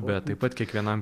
bet taip pat kiekvienam